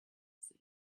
sea